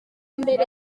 mbere